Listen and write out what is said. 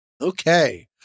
Okay